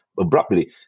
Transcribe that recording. abruptly